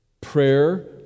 Prayer